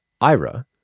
Ira